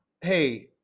hey